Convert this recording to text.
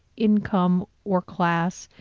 income or class.